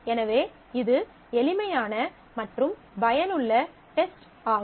எனவே இது எளிமையான மற்றும் பயனுள்ள டெஸ்ட் ஆகும்